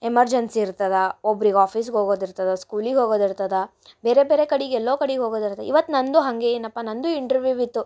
emergency ಇರ್ತದ ಒಬ್ರಿಗೆ ಆಫೀಸ್ಗೆ ಹೋಗೋದು ಇರ್ತದ ಸ್ಕೂಲಿಗೆ ಹೋಗೋದು ಇರ್ತದ ಬೇರೆ ಬೇರೆ ಕಡಿಗೆ ಎಲ್ಲೋ ಕಡೆಗೆ ಹೋಗೋದು ಇರ್ತದ ಇವತ್ತು ನನ್ನದು ಹಾಗೆ ಏನಪ್ಪಾ ನನ್ನದು ಇಂಟ್ರ್ವ್ಯೂವ್ ಇತ್ತು